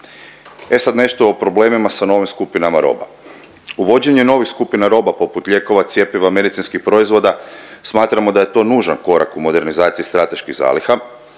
E sad nešto o problemima sa novim skupinama roba. Uvođenje novih skupina roba poput lijekova, cjepiva, medicinskih proizvoda smatramo da je to nužan korak u modernizaciji strateških zaliha,